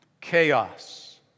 chaos